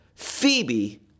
Phoebe